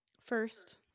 First